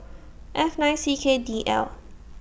F nine C K D L